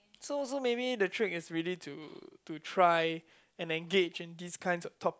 so so maybe the trick is really to to try and engage in these kinds of topic